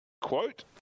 Quote